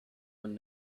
one